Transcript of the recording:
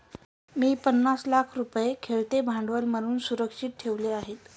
मी पन्नास लाख रुपये खेळते भांडवल म्हणून सुरक्षित ठेवले आहेत